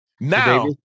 Now